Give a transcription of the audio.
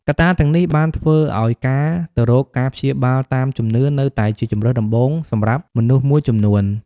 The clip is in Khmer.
កត្តាទាំងនេះបានធ្វើឱ្យការទៅរកការព្យាបាលតាមជំនឿនៅតែជាជម្រើសដំបូងសម្រាប់មនុស្សមួយចំនួន។